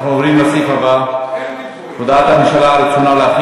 אנחנו עוברים לסעיף הבא: הודעת הממשלה על רצונה להחיל